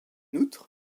outre